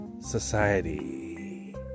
society